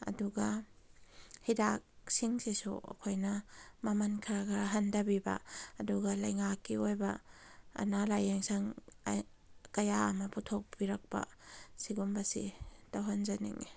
ꯑꯗꯨꯒ ꯍꯤꯗꯥꯛꯁꯤꯡꯁꯤꯁꯨ ꯑꯩꯈꯣꯏꯅ ꯃꯃꯟ ꯈꯔ ꯈꯔ ꯍꯟꯊꯕꯤꯕ ꯑꯗꯨꯒ ꯂꯩꯉꯥꯛꯀꯤ ꯑꯣꯏꯕ ꯑꯅꯥ ꯂꯥꯏꯌꯦꯡ ꯁꯪ ꯀꯌꯥ ꯑꯃ ꯄꯨꯊꯣꯛꯄꯤꯔꯛꯄ ꯁꯤꯒꯨꯝꯕꯁꯤ ꯇꯧꯍꯟꯖꯅꯤꯡꯏ